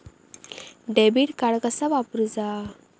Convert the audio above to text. Debit card कसा वापरुचा?